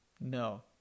no